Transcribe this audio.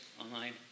online